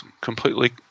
Completely